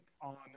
on